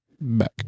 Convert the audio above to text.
back